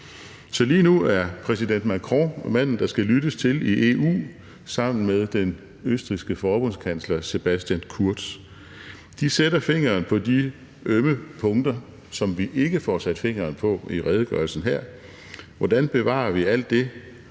Så lige nu er præsident Macron manden, der skal lyttes til i EU, sammen med den østrigske forbundskansler Sebastian Kurz. De sætter fingeren på de ømme punkter, som vi ikke får sat fingeren på i redegørelsen her: Hvordan bevarer vi alt det,